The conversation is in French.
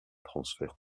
transfère